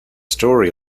story